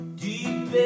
deep